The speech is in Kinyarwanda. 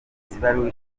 ibaruwa